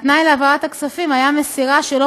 התנאי להעברת הכספים היה מסירה של לא